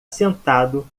sentado